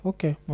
Okay